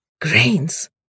Grains